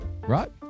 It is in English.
Right